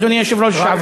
אדוני היושב-ראש לשעבר,